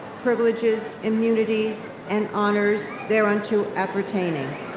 privileges, immunities, and honors thereunto appertaining.